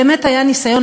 באמת היה ניסיון.